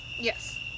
Yes